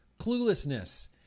cluelessness